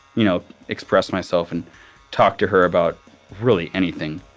you know, express myself and talk to her about really anything.